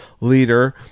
leader